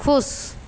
खुश